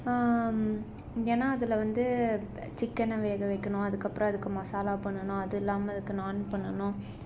ஏன்னா அதில் வந்து சிக்கனை வேக வைக்கணும் அதுக்கு அப்புறம் அதுக்கு மசாலா பண்ணணும் அதுவும் இல்லாமல் அதுக்கு நாண் பண்ணணும்